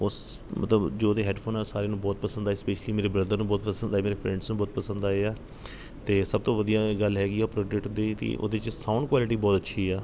ਉਸ ਮਤਲਬ ਜੋ ਉਹਦੇ ਹੈਡਫੋਨ ਹੈ ਸਾਰਿਆਂ ਨੂੰ ਬਹੁਤ ਪਸੰਦ ਆਏ ਸਪੈਸ਼ਿਲੀ ਮੇਰੇ ਬ੍ਰਦਰ ਨੂੰ ਬਹੁਤ ਪਸੰਦ ਆਏ ਮੇਰੇ ਫਰੈਂਡਸ ਨੂੰ ਬਹੁਤ ਪਸੰਦ ਆਏ ਹੈ ਅਤੇ ਸਭ ਤੋਂ ਵਧੀਆ ਗੱਲ ਹੈਗੀ ਹੈ ਪ੍ਰੋਡਕਟ ਦੀ ਅਤੇ ਉਹਦੇ 'ਚ ਸਾਊਂਡ ਕੁਆਲਿਟੀ ਬਹੁਤ ਅੱਛੀ ਆ